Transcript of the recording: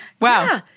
Wow